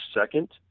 second